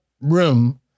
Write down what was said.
room